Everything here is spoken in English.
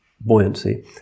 buoyancy